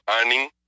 earning